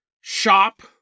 shop